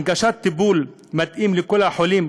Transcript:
הנגשת טיפול מתאים לכל החולים,